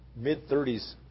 mid-30s